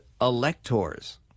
electors